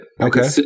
Okay